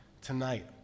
tonight